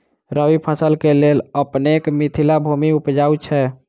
रबी फसल केँ लेल अपनेक मिथिला भूमि उपजाउ छै